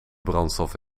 brandstof